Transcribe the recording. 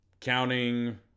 counting